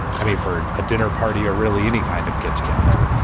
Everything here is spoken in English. i mean, for a dinner party or really any kind of get together.